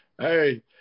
Hey